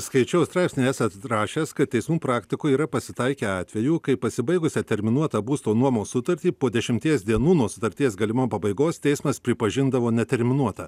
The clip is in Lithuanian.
skaičiau straipsnį esat rašęs kad teismų praktikoj yra pasitaikę atvejų kai pasibaigusią terminuotą būsto nuomos sutartį po dešimties dienų nuo sutarties galima pabaigos teismas pripažindavo neterminuotą